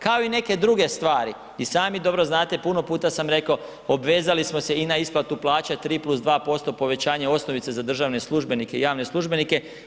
Kao i neke druge stvari i sami dobro znate, puno puta sam rekao, obvezali smo se i na isplatu plaća 3+2% povećanje osnovice za državne službenike i javne službenike.